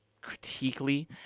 critically